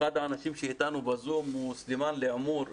אחד האנשים שאיתנו בזום הוא סולימאן עמור,